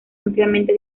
ampliamente